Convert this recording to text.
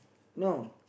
no